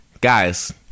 Guys